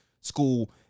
school